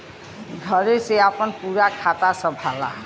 घरे से आपन पूरा खाता संभाला